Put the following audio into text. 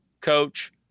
coach